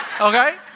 Okay